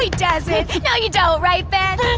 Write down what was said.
he doesn't. no you don't, right ben?